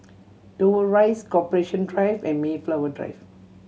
Dover Rise Corporation Drive and Mayflower Drive